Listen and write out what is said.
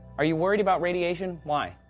are you worried about radiation? why?